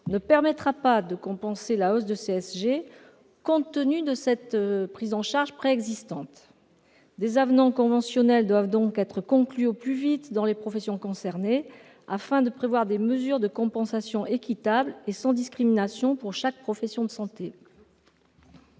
ne permettra pas de compenser la hausse de CSG, compte tenu de cette prise en charge préexistante. Des avenants conventionnels doivent donc être conclus au plus vite avec les professions concernées, afin de prévoir des mesures de compensation équitables et sans discrimination pour chaque profession de santé.